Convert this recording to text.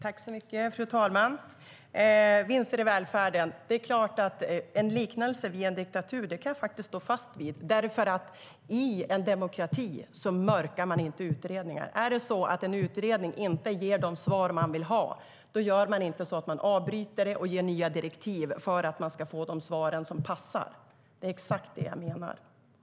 Fru talman! Det gällde vinster i välfärden. Jag kan stå fast vid liknelsen med en diktatur. I en demokrati mörkas inte utredningar. Om en utredning inte ger de svar man vill ha avbryter man inte utredningen för att ge nya direktiv för att få de svar som passar. Det är exakt vad jag menar.